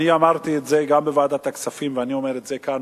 אמרתי את זה גם בוועדת הכספים ואני אומר את זה כאן,